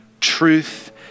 truth